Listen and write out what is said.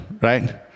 right